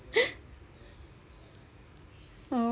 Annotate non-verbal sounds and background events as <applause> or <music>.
<laughs> oh